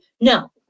No